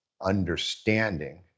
understanding